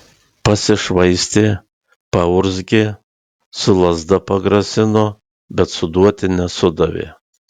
pasišvaistė paurzgė su lazda pagrasino bet suduoti nesudavė